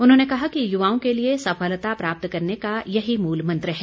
उन्होंने कहा कि युवाओं के लिए सफलता प्राप्त करने का यही मूल मंत्र है